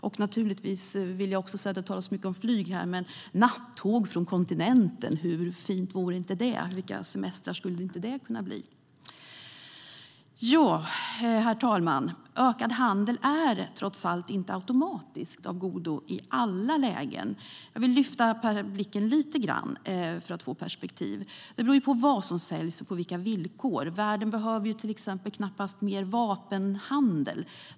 Det har talats mycket om flyg här, men hur fint vore det inte med nattåg från kontinenten - vilka semestrar skulle inte det kunna bli? Herr talman! Ökad handel är trots allt inte automatiskt av godo i alla lägen. Jag vill lyfta blicken lite grann för att få perspektiv. Det beror på vad som säljs och på vilka villkor. Världen behöver till exempel knappast mer vapenhandel.